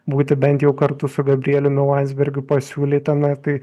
būti bent jau kartu su gabrieliumi landsbergiu pasiūlytame tai